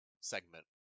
segment